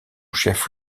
chef